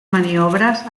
maniobras